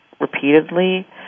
repeatedly